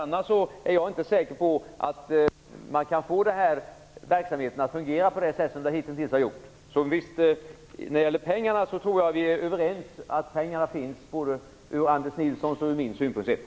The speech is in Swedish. Annars är jag inte säker på att man kan få verksamheten att fungera på det sätt som den hitintills har gjort. Jag tror att vi är överens om att pengarna finns, sett både ur Anders Nilssons och ur min synvinkel.